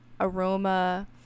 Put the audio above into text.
aroma